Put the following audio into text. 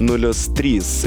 nulis trys